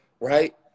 right